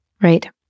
right